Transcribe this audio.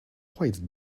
quite